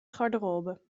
garderobe